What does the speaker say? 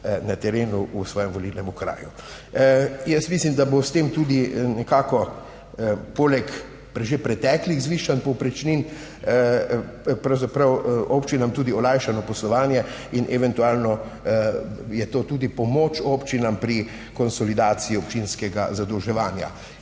na terenu v svojem volilnem okraju. Jaz mislim, da bo s tem tudi nekako poleg že preteklih zvišanj povprečnin, pravzaprav občinam tudi olajšano poslovanje in eventualno je to tudi pomoč občinam pri konsolidaciji občinskega zadolževanja